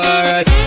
Alright